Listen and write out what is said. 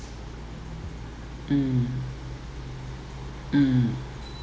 mm mm